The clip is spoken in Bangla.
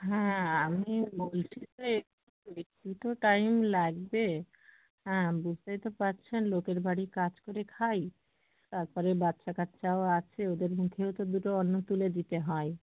হ্যাঁ আমি বলছিলাম একটু তো টাইম লাগবে হ্যাঁ বুঝতেই তো পারছেন লোকের বাড়ি কাজ করে খাই তারপরে বাচ্চা কাচ্চাও আছে ওদের মুখেও তো দুটো অন্ন তুলে দিতে হয়